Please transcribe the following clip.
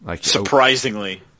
Surprisingly